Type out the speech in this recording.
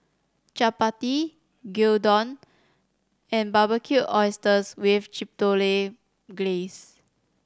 Chapati Gyudon and Barbecued Oysters with Chipotle Glaze